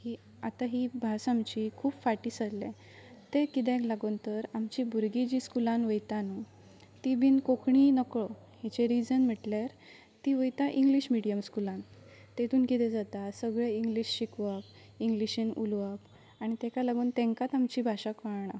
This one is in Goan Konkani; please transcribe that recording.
ही आतां ही भास आमची खूब फाटीं सरले ते कित्याक लागून तर आमची भुरगीं जी स्कुलान वयता न्हू ती बीन कोंकणी नकळो हेचें रिजन म्हटल्यार ती वयता इंग्लीश मिडयम स्कुलान तेतून कितें जाता सगळें इंग्लीश शिकोवप इंग्लिशीेन उलोवप आनी ताका लागून तांकांच आमची भाशा कळना